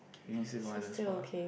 you mean still got other sport ah